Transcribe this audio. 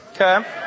Okay